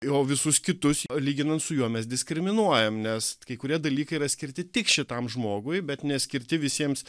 o visus kitus lyginant su juo mes diskriminuojam nes kai kurie dalykai yra skirti tik šitam žmogui bet neskirti visiems